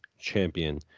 champion